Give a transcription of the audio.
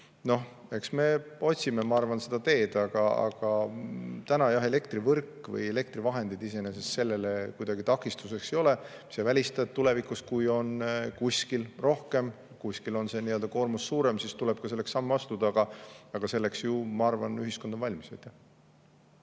Noh, eks me otsime, ma arvan, seda teed. Täna jah elektrivõrk või elektrivahendid iseenesest sellele kuidagi takistuseks ei ole, mis ei välista, et tulevikus, kui on kuskil see koormus suurem, tuleb ka selleks samme astuda. Aga selleks ju, ma arvan, ühiskond on valmis.